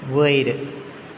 वयर